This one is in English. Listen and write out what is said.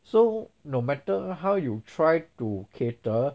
so no matter how you try to cater